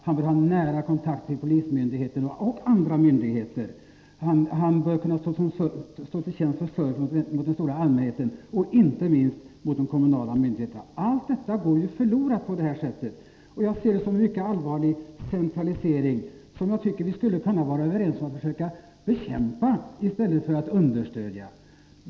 Han bör ha nära kontakt med polismyndigheten och andra myndigheter. Han bör kunna stå till tjänst med service gentemot den stora allmänheten och inte minst mot de kommunala myndigheterna. Allt detta går förlorat om utstationeringen dras in. Jag ser det som en mycket allvarlig centralisering som vi borde kunna vara överens om att försöka bekämpa i stället för att understödja.